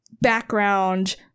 background